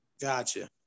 Gotcha